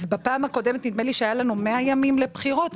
נדמה לי שבפעם הקודמת היו לנו 100 ימים לבחירות.